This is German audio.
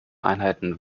einheiten